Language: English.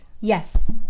yes